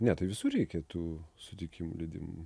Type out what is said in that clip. ne tai visur reikia tų susitikimų leidimų